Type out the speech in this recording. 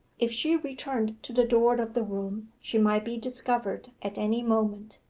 if she returned to the door of the room she might be discovered at any moment,